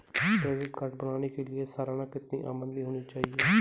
Credit card बनाने के लिए सालाना कितनी आमदनी होनी चाहिए?